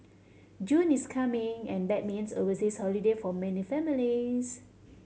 June is coming and that means overseas holiday for many families